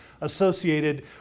associated